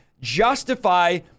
justify